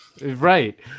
Right